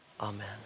Amen